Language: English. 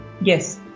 Yes